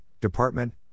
department